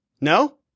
No